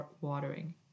watering